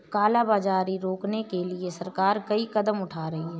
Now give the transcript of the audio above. काला बाजारी रोकने के लिए सरकार कई कदम उठा रही है